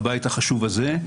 בבית החשוב הזה,